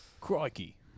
Crikey